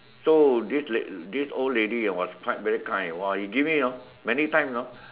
so this this old lady was very kind !wah! he give me you know many times you know